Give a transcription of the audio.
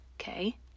Okay